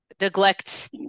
neglect